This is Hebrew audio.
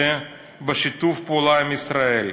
זה בשיתוף פעולה עם ישראל.